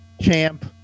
champ